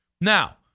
Now